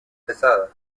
pesada